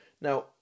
Now